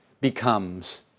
becomes